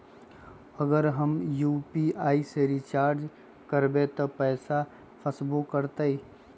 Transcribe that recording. अगर हम यू.पी.आई से रिचार्ज करबै त पैसा फसबो करतई?